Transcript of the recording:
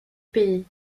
pays